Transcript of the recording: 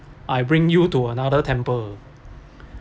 I bring you to another temple